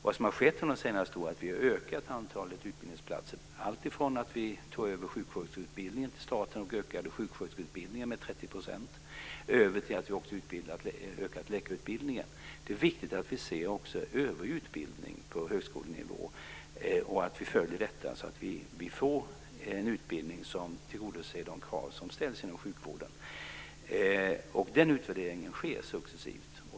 Vad som har skett under de senaste åren är att vi har ökat antalet utbildningsplatser. Staten tog över sjukvårdsutbildningen och utökade sjuksköterskeutbildningen med 30 %. Vi har också utökat läkarutbildningen. Det är viktigt att vi ser också till övrig utbildning på högskolenivå och att vi följer utvecklingen, så att vi får en utbildning som tillgodoser de krav som ställs inom sjukvården. Den utvärderingen sker successivt.